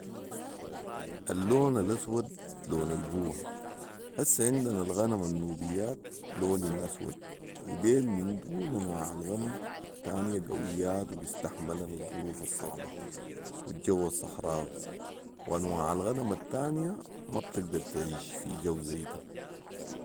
اللون الاسود لون القوه هسي عندنا الغنم النوبيات لونهن اسود وديل من دون انواع الغنم التانيه قويات وبيستحملن الظروف الصعبه والجو الصحراوي و انواع الغنم التانيه ما بتقدر تعيش في جو ذي ده